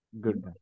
Good